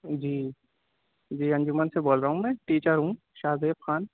جی جی انجمن سے بول رہا ہوں میں ٹیچر ہوں شاہزیب خان